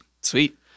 Sweet